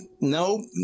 no